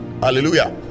hallelujah